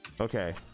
Okay